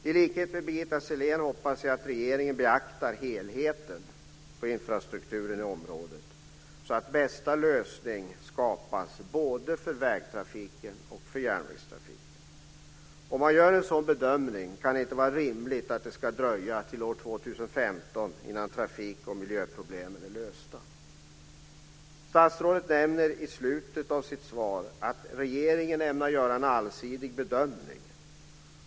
I likhet med Birgitta Sellén hoppas jag att regeringen beaktar helheten på infrastrukturen i området så att bästa lösning skapas för både väg och järnvägstrafiken. Om man gör en sådan bedömning kan det inte vara rimligt att det ska dröja till år 2015 innan trafik och miljöproblemen är lösta. Statsrådet nämner i slutet av sitt svar att regeringen ämnar göra en allsidig bedömning.